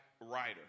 writer